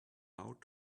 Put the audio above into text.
out